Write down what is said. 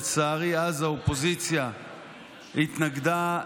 לצערי אז האופוזיציה התנגדה,